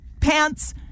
pants